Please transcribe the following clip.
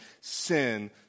sin